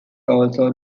also